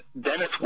Dennis